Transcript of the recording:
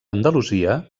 andalusia